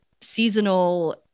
seasonal